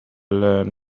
learn